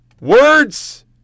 Words